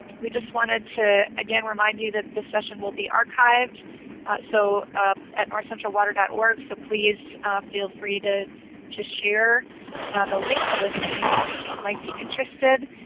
we just wanted to again remind you that this session will be archived so at northcentralwater dot org so please feel free to to share the link with anyone you think might be interested.